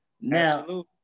Now